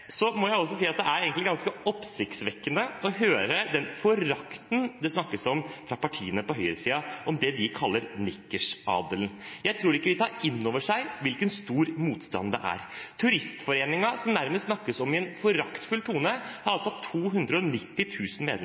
Så må jeg også si at det er egentlig ganske oppsiktsvekkende å høre med hvilken forakt det snakkes fra partiene på høyresiden om det de kaller nikkersadelen. Jeg tror ikke de tar inn over seg hvilken stor motstand det er. Turistforeningen, som nærmest snakkes om i en foraktfull tone, har altså